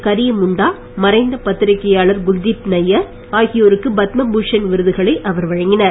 கரியமுண்டா மறைந்த பத்திரிகையாளர் குல்தீப் நய்யா ருக்கு ஆகியோருக்கு பத்மபூஷன் விருதுகளை அவர் வழங்கினார்